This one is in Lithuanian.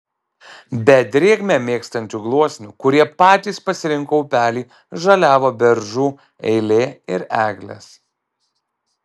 be drėgmę mėgstančių gluosnių kurie patys pasirinko upelį žaliavo beržų eilė ir eglės